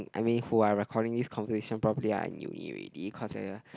I mean who are recording this conversation probably are in uni already cause ya